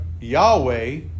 Yahweh